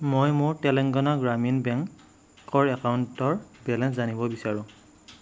মই মোৰ তেলেংগানা গ্ৰামীণ বেংকৰ একাউণ্টৰ বেলেঞ্চ জানিব বিচাৰো